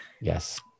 Yes